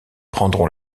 prendront